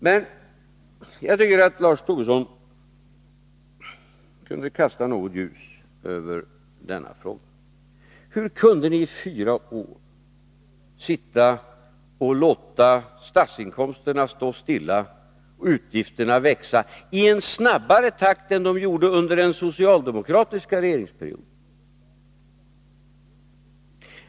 Men jag tycker att Lars Tobisson kunde kasta något ljus över denna fråga: Hur kunde ni i fyra år låta statsinkomsterna stå stilla och utgifterna växa i snabbare takt än de gjorde under den socialdemokratiska regeringsperioden?